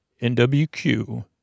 N-W-Q